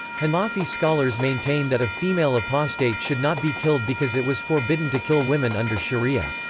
hanafi scholars maintain that a female apostate should not be killed because it was forbidden to kill women under sharia.